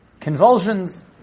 convulsions